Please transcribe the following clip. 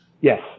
Yes